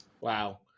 Wow